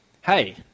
hey